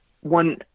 one